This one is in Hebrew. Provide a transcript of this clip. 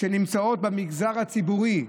שנמצאות במגזר הציבורי.